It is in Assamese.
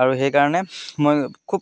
আৰু সেইকাৰণে মই খুব